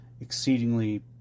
exceedingly